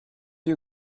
you